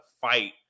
fight